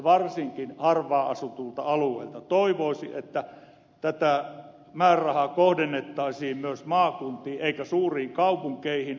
varsinkin harvaanasutulta alueelta tulevana toivoisi että tätä määrärahaa kohdennettaisiin myös maakuntiin eikä vain suuriin kaupunkeihin